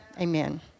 Amen